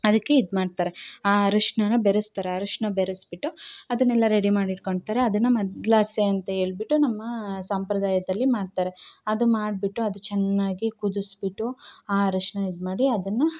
ಅದಕ್ಕೆ ಇದು ಮಾಡ್ತಾರೆ ಆ ಅರಿಶ್ಣನ ಬೆರೆಸ್ತಾರೆ ಆ ಅರಿಶ್ಣ ಬೆರೆಸ್ಬಿಟ್ಟು ಅದನ್ನೆಲ್ಲ ರೆಡಿ ಮಾಡಿ ಇಟ್ಕೊಳ್ತಾರೆ ಅದನ್ನು ಮದ್ಲಾಸೆ ಅಂತ ಹೇಳ್ಬಿಟ್ಟು ನಮ್ಮ ಸಂಪ್ರದಾಯದಲ್ಲಿ ಮಾಡ್ತಾರೆ ಅದು ಮಾಡಿಬಿಟ್ಟು ಅದು ಚೆನ್ನಾಗಿ ಕುದಿಸ್ಬಿಟ್ಟು ಆ ಅರಿಶ್ಣ ಇದು ಮಾಡಿ ಅದನ್ನು